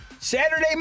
Saturday